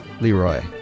Leroy